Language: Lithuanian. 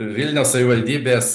vilniaus savivaldybės